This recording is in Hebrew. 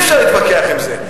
אי-אפשר להתווכח על זה.